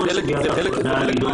זה חלק מן הסוגיה.